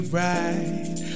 right